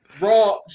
Raw